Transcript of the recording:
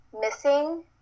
missing